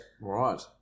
Right